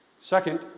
Second